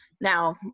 now